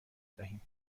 دهیم